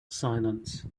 silence